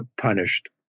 punished